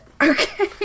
Okay